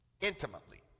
Intimately